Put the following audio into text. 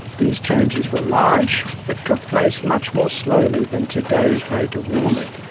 these changes were large, but took place much more slowly than today's rate of warming.